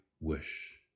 wish